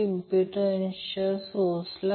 येथे त्याचप्रमाणे sin ω t किंवा cosine ωt घेत आहेत